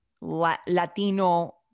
Latino